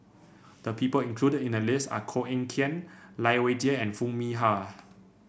the people included in the list are Koh Eng Kian Lai Weijie and Foo Mee Har